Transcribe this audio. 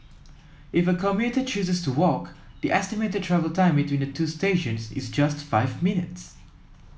if a commuter chooses to walk the estimated travel time between the two stations is just five minutes